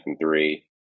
three